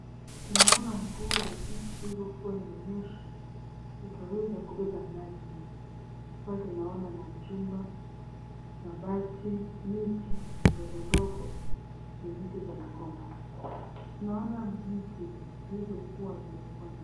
Tunaona mvua jinsi ilivyokuwa imenyesha ikaweza kubeba maji mengi, pale tunaona majumba, mabati, miti ndogo ndogo na miti za migomba, tunaona miti zilizokuwa zimebebwa.